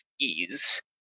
ease